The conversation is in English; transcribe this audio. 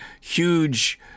huge